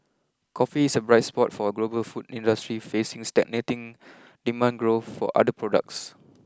Coffee is a bright spot for a global food industry facing stagnating demand growth for other products